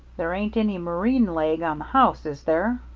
there ain't any marine leg on the house, is there?